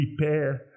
repair